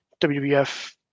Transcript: WWF